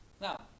Now